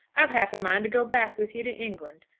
i've half a mind to go back with you to england.